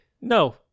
No